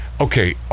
Okay